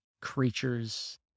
creatures